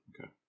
Okay